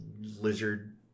lizard